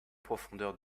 profondeur